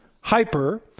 hyper